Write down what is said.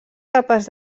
capaç